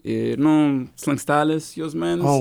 ir nu slankstelis juosmens